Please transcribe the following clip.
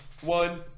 One